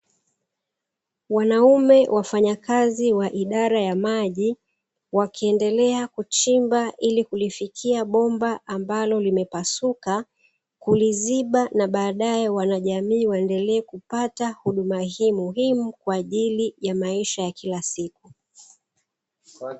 Wanaume wafanyakazi wa idara ya maji, wakiendelea kuchimba ili kulifikia bomba ambalo limepasuka, kuliziba na baadae wanajamii waendelee kupata huduma hii muhimu kwa ajili ya maisha ya Kila siku.